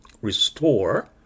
restore